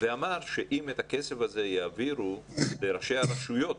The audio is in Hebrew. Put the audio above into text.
ואמר שאם את הכסף הזה יעבירו לראשי הרשויות,